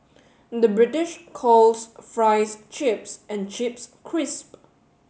the British calls fries chips and chips crisp